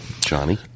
Johnny